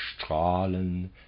Strahlen